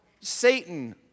Satan